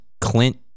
clint